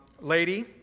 lady